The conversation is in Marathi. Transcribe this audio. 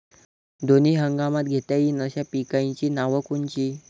दोनी हंगामात घेता येईन अशा पिकाइची नावं कोनची?